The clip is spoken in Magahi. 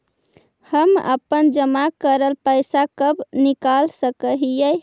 हम अपन जमा करल पैसा कब निकाल सक हिय?